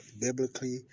biblically